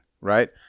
right